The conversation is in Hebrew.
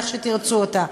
איך שתרצו אותה.